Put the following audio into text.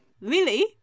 Lily